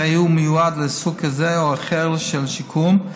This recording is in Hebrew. הוא מיועד לסוג כזה או אחר של שיקום,